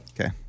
Okay